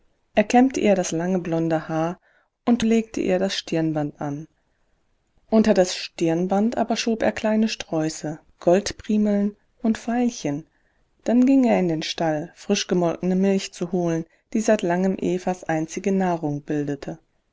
er kämmte ihr das lange blonde haar und legte ihr das stirnband an unter das stirnband aber schob er kleine sträuße goldprimeln und veilchen dann ging er in den stall frischgemolkene milch zu holen die seit langem evas einzige nahrung bildete